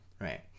Right